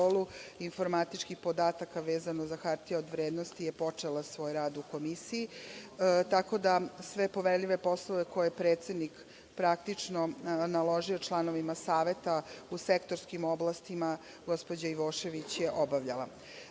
informatičkih podataka vezano za hartije od vrednosti je počela svoj rad u Komisiji, tako da sve poverljive poslove koje je predsednik Komisije naložio članovima Saveta u sektorskim oblastima gospođa Ivošević je obavljala. Na